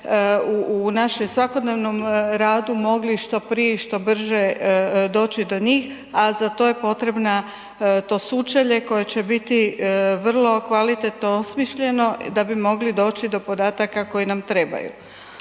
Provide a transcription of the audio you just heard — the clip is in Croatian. u našem svakodnevnom radu mogli što prije i što brže doći do njih, a za to je potrebna to sučelje koje će biti vrlo kvalitetno osmišljeno da bi mogli doći do podataka koji nam trebaju.